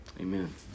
Amen